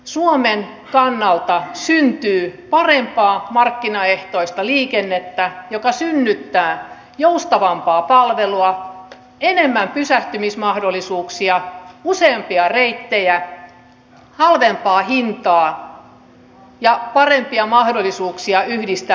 suomen kannalta syntyy parempaa markkinaehtoista liikennettä joka synnyttää joustavampaa palvelua enemmän pysähtymismahdollisuuksia useampia reittejä halvempaa hintaa ja parempia mahdollisuuksia yhdistää lippuja